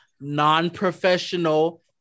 non-professional